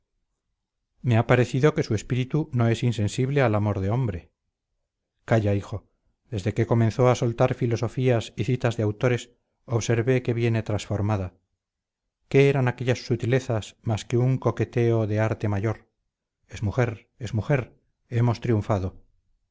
me ha parecido que su espíritu no es insensible al amor de hombre calla hijo desde que comenzó a soltar filosofías y citas de autores observé que viene transformada qué eran aquellas sutilezas más que un coqueteo de arte mayor es mujer es mujer hemos triunfado